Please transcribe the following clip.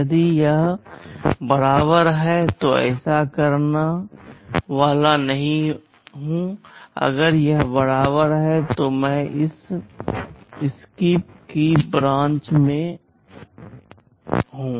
यदि यह बराबर है तो मैं ऐसा करने वाला नहीं हूं अगर यह बराबर है तो मैं इस SKIP की ब्रांच में हूँ